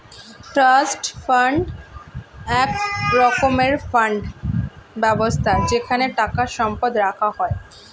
trust fund এক রকমের fund ব্যবস্থা যেখানে টাকা সম্পদ রাখা হয়